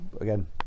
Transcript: again